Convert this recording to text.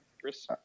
Chris